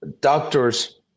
doctors